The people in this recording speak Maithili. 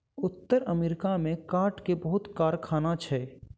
उत्तर अमेरिका में काठ के बहुत कारखाना छै